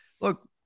Look